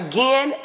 Again